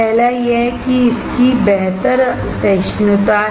पहला यह है कि इसकी बेहतर सहिष्णुता है